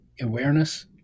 awareness